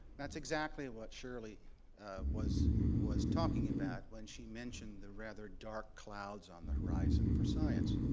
that's exactly what shirley was was talking about when she mentioned the rather dark clouds on the horizon for science.